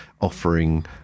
offering